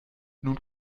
nun